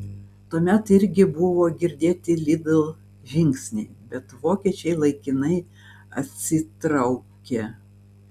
tuomet irgi buvo girdėti lidl žingsniai bet vokiečiai laikinai atsitraukė